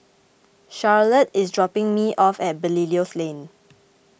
Charolette is dropping me off at Belilios Lane